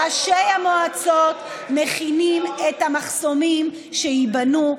ראשי המועצות מכינים את המחסומים שייבנו.